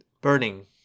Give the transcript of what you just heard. Burning